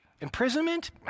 Imprisonment